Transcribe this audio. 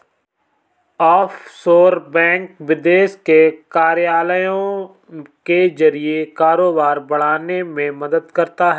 offshore bank विदेश में कार्यालयों के जरिए कारोबार बढ़ाने में मदद करता है